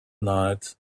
night